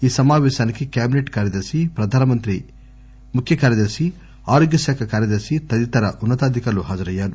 ఈ సమాపేశానికి కేబినెట్ కార్యదర్శి ప్రధానమంత్రి ముఖ్య కార్యదర్శి ఆరోగ్య శాఖ కార్యదర్శి తదితర ఉన్నతాధికారులు హాజరయ్యారు